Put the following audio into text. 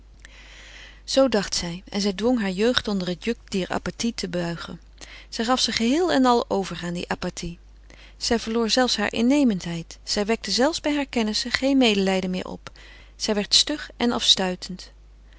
zoo dacht zij en zij dwong hare jeugd onder het juk dier apathie te buigen zij gaf zich geheel en al over aan die apathie zij verloor zelfs hare innemendheid zij wekte zelfs bij hare kennissen geen medelijden meer op zij werd stug en afstuitend